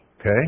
okay